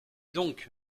donc